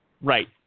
Right